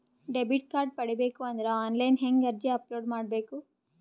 Debit card ಪಡಿಬೇಕು ಅಂದ್ರ online ಹೆಂಗ್ ಅರ್ಜಿ ಅಪಲೊಡ ಮಾಡಬೇಕು?